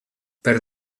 per